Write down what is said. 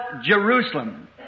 Jerusalem